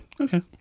Okay